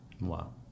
wow